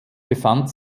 befand